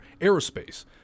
aerospace